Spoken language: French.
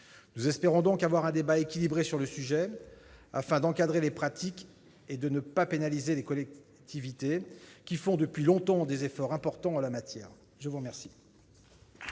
Nous espérons avoir un débat équilibré sur ce sujet, afin d'encadrer les pratiques et de ne pas pénaliser les collectivités, qui, depuis longtemps, consentent des efforts importants en la matière. La parole